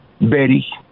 Betty